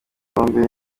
bombe